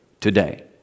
today